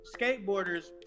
skateboarders